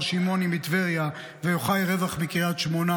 שמעוני מטבריה ויוחאי רווח מקריית שמונה.